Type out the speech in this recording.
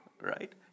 right